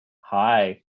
Hi